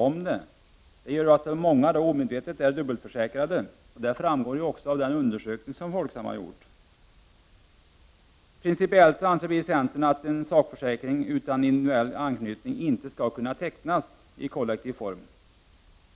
Många är alltså omedvetet dubbelförsäkrade, vilket också framgår av en undersökning som Folksam gjort. Principiellt anser vi i centern att en sakförsäkring utan individuell anknytning inte skall kunna tecknas i kollektiv form.